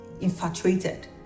infatuated